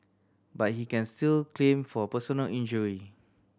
but he can still claim for personal injury